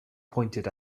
pointed